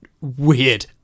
weird